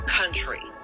country